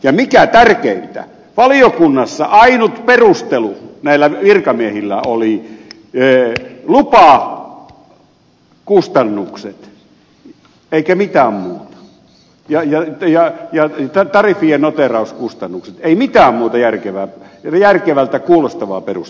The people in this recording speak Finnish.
ja mikä tärkeintä valiokunnassa ainut perustelu näillä virkamiehillä oli lupakustannukset eikä mitään muuta ja tariffien noteerauskustannukset ei mitään muuta järkevältä kuulostavaa perustetta